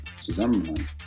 zusammenhang